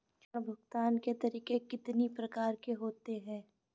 ऋण भुगतान के तरीके कितनी प्रकार के होते हैं?